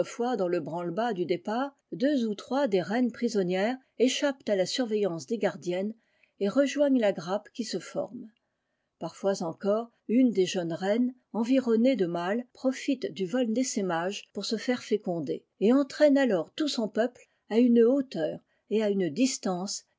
dans le branle-bas du départ deux ou trois des reines prisonnières échappent à la surveillance des gardiennes et rejoignenl la grappe qui se forme parfois eore une des jeunes reines environnée de malent du vol d'essaimage pour se faire l nder et entraîne alors tout son peuple à une t leur et à une distance